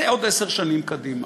זה עוד עשר שנים קדימה,